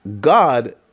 God